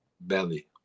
Belly